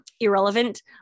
irrelevant